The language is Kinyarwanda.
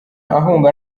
ahunga